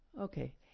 Okay